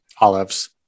Olives